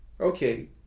okay